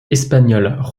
espagnol